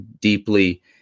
deeply